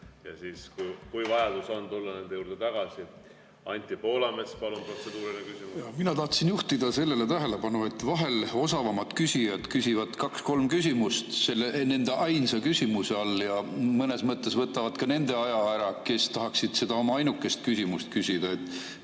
ja kui hiljem vajadus on, tulla nende juurde tagasi. Anti Poolamets, palun, protseduuriline küsimus! Mina tahtsin juhtida tähelepanu sellele, et vahel osavamad küsijad küsivad kaks-kolm küsimust oma ainsa küsimuse all ja mõnes mõttes võtavad ka nende aja ära, kes tahaksid seda oma ainukest küsimust küsida.